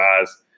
guys